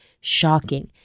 shocking